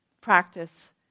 practice